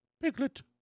Piglet